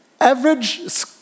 Average